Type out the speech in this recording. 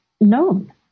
known